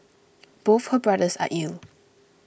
both her brothers are ill